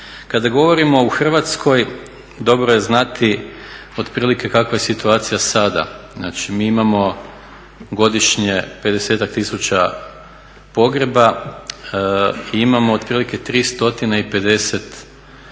Kada govorimo u Hrvatskoj dobro je znati otprilike kakva je situacija sada. Znači mi imamo godišnje 50-ak tisuća pogreba i imamo otprilike 350